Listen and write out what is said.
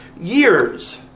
years